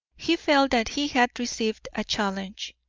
he felt that he had received a challenge,